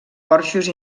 porxos